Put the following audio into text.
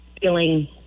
feeling